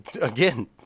again